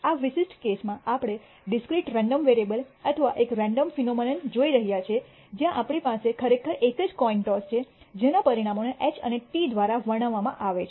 આ વિશિષ્ટ કેસમાં આપણે ડિસ્ક્રીટ રેન્ડમ વેરીએબલ અથવા એક રેન્ડમ ફિનોમનન જોઈ રહ્યા છીએ જ્યાં આપણી પાસે ખરેખર એક જ કોઈન ટોસછે જેના પરિણામોને H અને T દ્વારા વર્ણવવામાં આવે છે